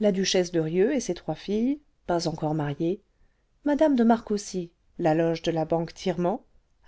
la duchesse de rieux et ses trois filles pas encore mariées mme de marcaussy la loge de la banque tirman